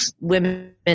women